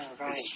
right